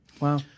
Wow